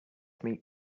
meet